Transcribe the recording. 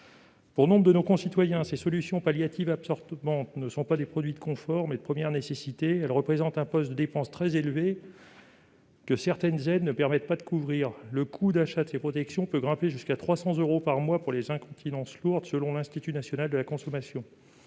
Pour nombre de nos concitoyens, ces solutions palliatives absorbantes sont des produits de première nécessité, non de confort. Elles représentent un poste de dépenses très élevé, que certaines aides ne permettent pas de couvrir. Le coût d'achat de ces protections peut grimper jusqu'à 300 euros par mois pour les incontinences lourdes, selon l'Institut national de la consommation.